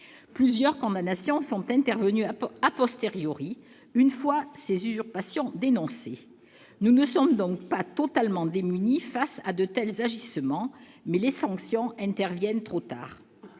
Plusieurs condamnations sont intervenues, une fois ces usurpations dénoncées. Nous ne sommes donc pas totalement démunis face à de tels agissements, mais les sanctions interviennent trop tard.